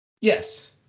Yes